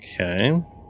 Okay